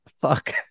Fuck